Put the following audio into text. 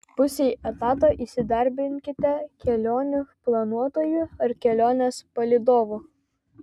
pusei etato įsidarbinkite kelionių planuotoju ar kelionės palydovu